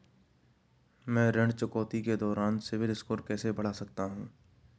मैं ऋण चुकौती के दौरान सिबिल स्कोर कैसे बढ़ा सकता हूं?